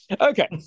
Okay